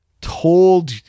told